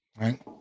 right